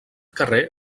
carrer